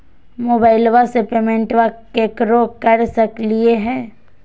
मोबाइलबा से पेमेंटबा केकरो कर सकलिए है?